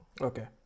Okay